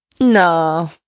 No